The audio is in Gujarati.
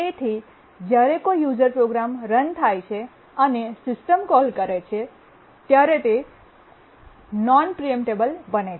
તેથી જ્યારે કોઈ યૂઝર પ્રોગ્રામ રન થાઈ છે અને સિસ્ટમ કોલ કરે છે ત્યારે તે નોન પ્રીએમ્પટેબલ બને છે